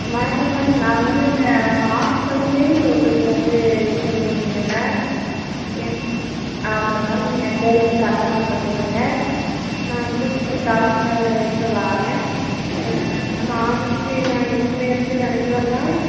வணக்கம் மேம் நான் வந்து இந்த உங்கள் ஆஃபீஸ்சில் வந்து க்ளீனிங் ஒர்க்குக்கு வந்து சொல்லியிருந்திங்கள்லே என் ஆமாம் மேம் என் பேர் வந்து கண்ணம்மாள் பார்த்துக்கோங்க நான் தூத்துக்குடி தாளமுத்து நகரிலேருந்து வரேன் நம்ம ஆஃபீஸ்சுக்கு நான் எப்பமேயிருந்து வேலைக்கு வரலாம்